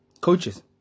Coaches